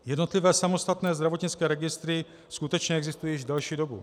Jednotlivé samostatné zdravotnické registry skutečně existují již delší dobu.